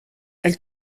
elle